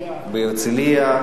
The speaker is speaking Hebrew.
הרצלייה.